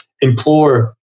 implore